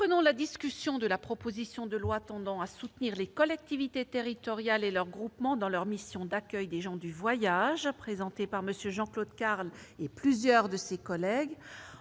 de la discussion de la proposition de loi tendant à soutenir les collectivités territoriales et leurs groupements dans leur mission d'accueil des gens du voyage, présentée par M. Jean-Claude Carle et plusieurs de ses collègues,